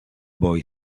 boy